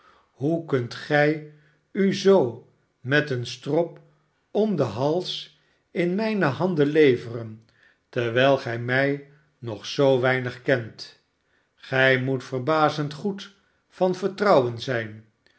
hoe kunt gij u zoo met een strop om den hals in mijne handen leveren terwijl gij mij nog zoo weinig kent gij moet verbazend goed van vertrouwen zijn